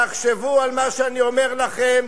תחשבו על מה שאני אומר לכם.